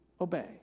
Obey